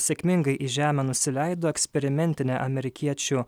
sėkmingai į žemę nusileido eksperimentinė amerikiečių